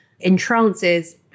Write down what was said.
entrances